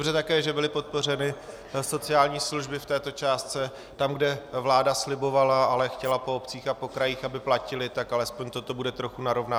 Je také dobře, že byly podpořeny sociální služby v této částce tam, kde vláda slibovala, ale chtěla po obcích a po krajích, aby platily, tak alespoň toto bude trochu narovnáno.